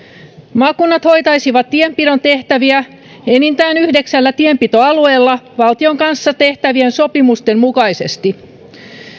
maakunnat hoitaisivat tienpidon tehtäviä enintään yhdeksällä tienpitoalueella valtion kanssa tehtävien sopimusten mukaisesti